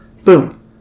boom